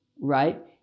right